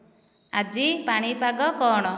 ଆଜି ପାଣିପାଗ କ'ଣ